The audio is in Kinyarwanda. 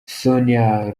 sonia